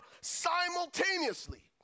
simultaneously